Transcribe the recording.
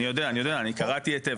אני יודע, אני קראתי היטב, תאמין לי.